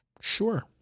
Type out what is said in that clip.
sure